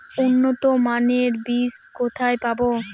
উন্নতমানের বীজ কোথায় পাব?